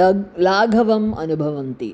लग् लाघवम् अनुभवन्ति